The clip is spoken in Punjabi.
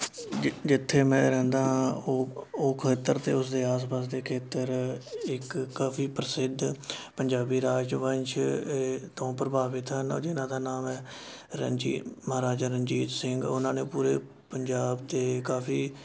ਜਿ ਜਿੱਥੇ ਮੈਂ ਰਹਿੰਦਾ ਹਾਂ ਉਹ ਉਹ ਖੇਤਰ ਅਤੇ ਉਸਦੇ ਆਸ ਪਾਸ ਦੇ ਖੇਤਰ ਇੱਕ ਕਾਫੀ ਪ੍ਰਸਿੱਧ ਪੰਜਾਬੀ ਰਾਜ ਵੰਸ਼ ਤੋਂ ਪ੍ਰਭਾਵਿਤ ਹਨ ਜਿਨਾਂ ਦਾ ਨਾਮ ਹੈ ਰੰਜੀ ਮਹਾਰਾਜਾ ਰਣਜੀਤ ਸਿੰਘ ਉਹਨਾਂ ਨੇ ਪੂਰੇ ਪੰਜਾਬ ਦੇ ਕਾਫੀ